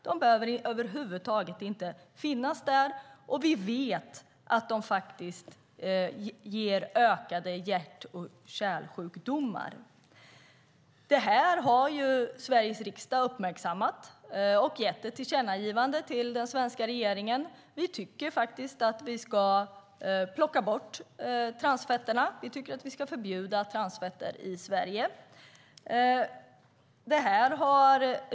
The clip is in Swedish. De behöver över huvud taget inte finnas där, och vi vet att de ökar hjärt och kärlsjukdomarna. Detta har Sveriges riksdag uppmärksammat och gett ett tillkännagivande till den svenska regeringen. Vi tycker att vi ska plocka bort transfetterna. Vi tycker att vi ska förbjuda transfetter i Sverige.